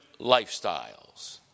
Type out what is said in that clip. lifestyles